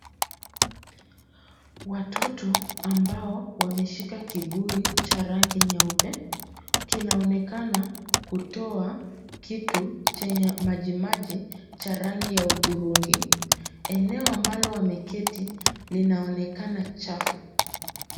Watoto ambao wameshika kibuyu cha rangi nyeupe. Kinaonekana kutoa kitu chenye majimaji cha rangi ya hudhurungi. Eneo ambalo wameketi, linaonekana chafu.